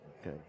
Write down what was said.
Okay